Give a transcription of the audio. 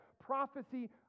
prophecy